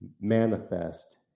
manifest